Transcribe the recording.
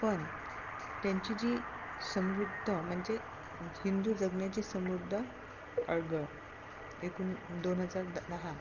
पण त्यांची जी समृद्ध म्हणजे हिंदू जगण्याची समृद्ध अडगळ एकूण दोन हजार द दहा